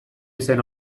izen